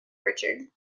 richard